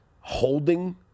holding